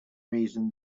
reason